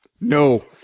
no